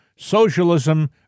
Socialism